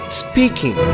speaking